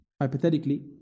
hypothetically